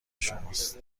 شماست